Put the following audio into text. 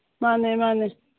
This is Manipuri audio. ꯃꯥꯅꯦ ꯃꯥꯅꯦ